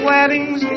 Weddings